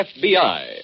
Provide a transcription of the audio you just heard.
FBI